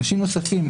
אנשים נוספים,